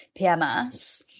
PMS